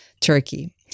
Turkey